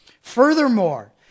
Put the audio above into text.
Furthermore